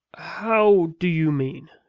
how do you mean?